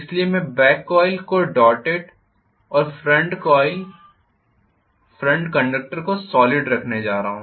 इसलिए मैं back coil को डॉटेड और फ्रंट कॉइल फ्रंट कंडक्टर को सॉलिड रखने जा रहा हूं